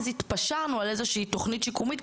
אז התפשרנו על איזושהי תוכנית שיקומית,